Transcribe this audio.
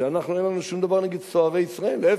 שאין לנו שום דבר נגד סוהרי ישראל, להיפך,